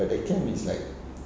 but they can be slack